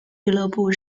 俱乐部